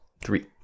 three